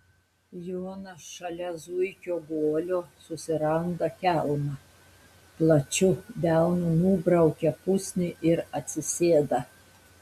jonas šalia zuikio guolio susiranda kelmą plačiu delnu nubraukia pusnį ir atsisėda